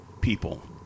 people